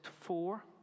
four